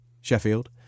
Sheffield